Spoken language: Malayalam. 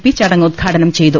പി ചടങ്ങ് ഉദ്ഘാടനം ചെയ്തു